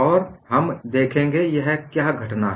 और हम देखेंगे यह क्या घटना है